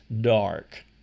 dark